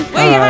Wait